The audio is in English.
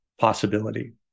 possibility